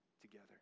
together